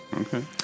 Okay